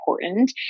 important